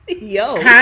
Yo